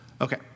Okay